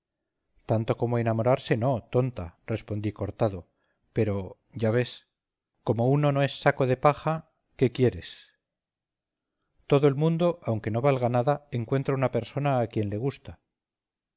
tanto como enamorarse no tonta respondí cortado pero ya ves como uno no es saco de paja qué quieres todo el mundo aunque no valga nada encuentra una persona a quien le gusta